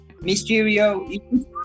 Mysterio